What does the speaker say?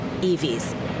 EVs